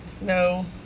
No